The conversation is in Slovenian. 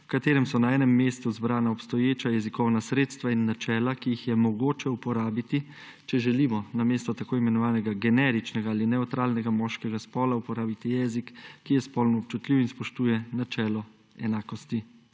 v katerem so na enem mestu zbrana obstoječa jezikovna sredstva in načela, ki jih je mogoče uporabiti, če želimo namesto tako imenovanega generičnega ali nevralnega moškega spola uporabiti jezik, ki je spolno občutljiv in spoštuje načelo enakosti spolov.